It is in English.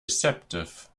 deceptive